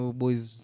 boys